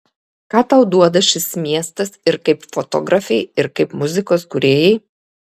ką tau duoda šis miestas ir kaip fotografei ir kaip muzikos kūrėjai